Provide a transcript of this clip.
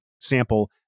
sample